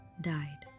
died